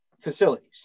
facilities